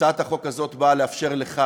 הצעת החוק הזאת באה לאפשר לך